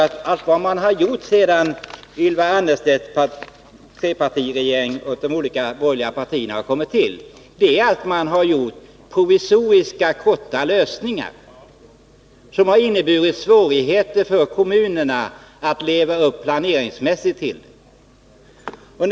Men vad som gjorts, Ylva Annerstedt, under de borgerliga regeringarnas tid är bara provisoriska och kortsiktiga lösningar, som har inneburit svårigheter för kommunerna att leva upp till de behov som förelegat.